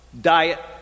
Diet